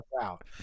out